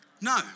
No